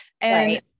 and-